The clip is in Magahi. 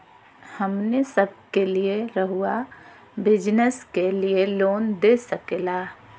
हमने सब के लिए रहुआ बिजनेस के लिए लोन दे सके ला?